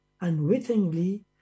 unwittingly